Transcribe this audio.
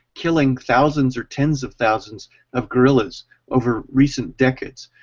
killing thousands or tens of thousands of gorillas over recent decades.